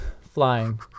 flying